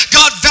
God